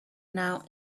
now